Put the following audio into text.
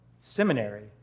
seminary